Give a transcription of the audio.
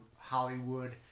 Hollywood